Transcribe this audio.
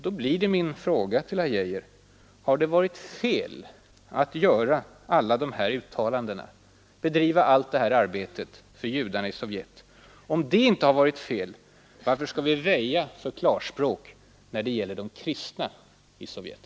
Då blir min fråga till herr Geijer: har det varit fel att göra alla dessa uttalanden, bedriva allt detta arbete för judarna i Sovjet? Om det inte har varit fel, varför skall vi väja för klarspråk när det gäller de kristna i Sovjet?